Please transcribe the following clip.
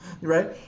right